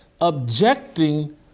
objecting